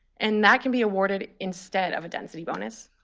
and that can be awarded instead of a density bonus.